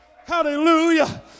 Hallelujah